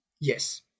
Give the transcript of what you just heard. yes